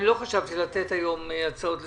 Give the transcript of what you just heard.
לא חשבתי לתת היום הצעות לסדר.